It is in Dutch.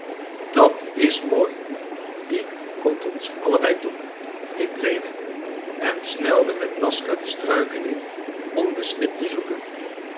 dat is mooi die komt ons allebei toe riep lewin en snelde met laska de struiken in om de snip te zoeken